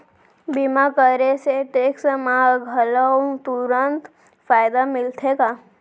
बीमा करे से टेक्स मा घलव तुरंत फायदा मिलथे का?